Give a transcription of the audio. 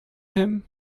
him